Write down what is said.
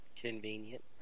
Convenient